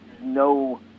no –